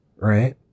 Right